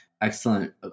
excellent